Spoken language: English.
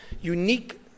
unique